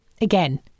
Again